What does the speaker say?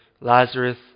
Lazarus